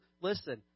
Listen